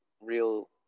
real